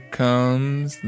comes